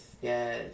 yes